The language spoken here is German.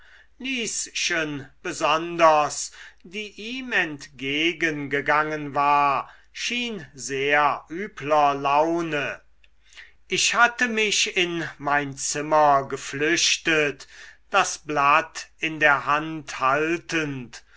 besonders die ihm entgegengegangen war schien sehr übler laune ich hatte mich in mein zimmer geflüchtet das blatt in der hand haltend